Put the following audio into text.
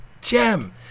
gem